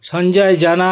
সঞ্জয় জানা